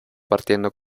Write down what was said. partiendo